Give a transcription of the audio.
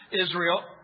Israel